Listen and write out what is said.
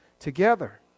together